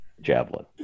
Javelin